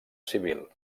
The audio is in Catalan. civil